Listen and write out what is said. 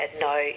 no